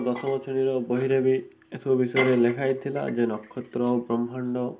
ଦଶମ ଶ୍ରେଣୀର ବହିରେ ବି ଏସବୁ ବିଷୟରେ ଲେଖା ହେଇଥିଲା ଯେ ନକ୍ଷତ୍ର ବ୍ରହ୍ମାଣ୍ଡ